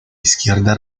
izquierda